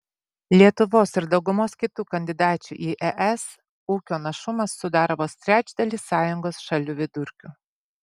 lietuvos ir daugumos kitų kandidačių į es ūkio našumas sudaro vos trečdalį sąjungos šalių vidurkio